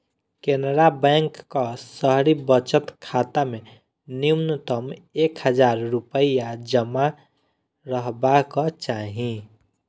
केनरा बैंकक शहरी बचत खाता मे न्यूनतम एक हजार रुपैया जमा रहबाक चाही